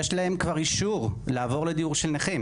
יש להם כבר אישור לעבור לדיור של נכים